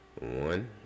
One